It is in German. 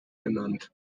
genannt